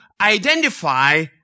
identify